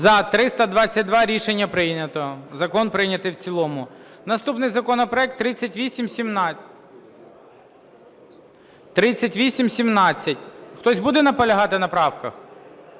За-322 Рішення прийнято. Закон прийнятий в цілому. Наступний законопроект 3817. Хтось буде наполягати на правках?